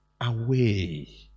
away